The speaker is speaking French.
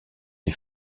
est